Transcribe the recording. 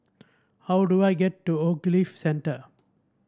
how do I get to Ogilvy Centre